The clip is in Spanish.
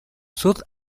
sud